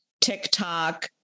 TikTok